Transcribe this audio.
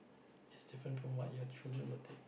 is different from what your children will take